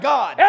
God